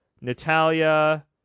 Natalia